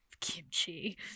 kimchi